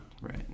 right